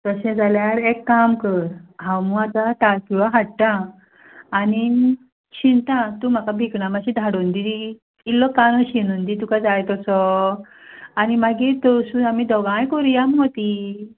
तशें जाल्यार एक काम कर हांव मुगो आतां तायखिळो हाडटा आनी शिंता तूं म्हाका भिकणां माश्शीं धाडोवन दी इल्लो कानो शिनून तुका जाय तसो आनी मागीर तळसून आमी दोगांय करुयां मुगो ती